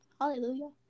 hallelujah